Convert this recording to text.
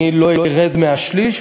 אני לא ארד מהשליש,